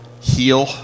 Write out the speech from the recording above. heal